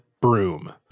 broom